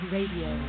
Radio